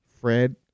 Fred